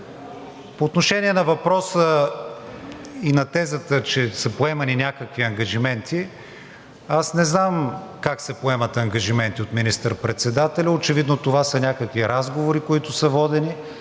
По отношение на въпроса и на тезата, че са поемани някакви ангажименти, аз не знам как се поемат ангажименти от министър-председателя. Очевидно това са някакви разговори, които са водени,